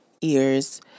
ears